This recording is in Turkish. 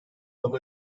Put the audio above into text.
anda